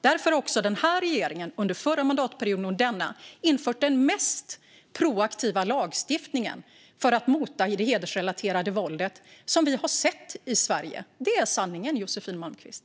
Därför har regeringen under förra mandatperioden och denna infört den mest proaktiva lagstiftningen för att mota det hedersrelaterade våldet i Sverige. Det är sanningen, Josefin Malmqvist.